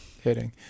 hitting